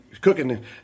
cooking